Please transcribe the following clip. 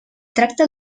tracta